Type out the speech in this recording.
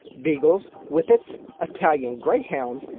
beagles, whippets, italian greyhounds,